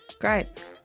Great